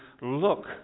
look